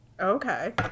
Okay